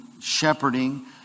shepherding